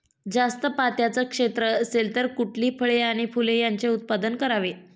जास्त पात्याचं क्षेत्र असेल तर कुठली फळे आणि फूले यांचे उत्पादन करावे?